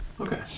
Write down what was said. Okay